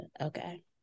Okay